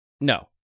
No